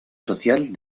social